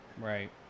Right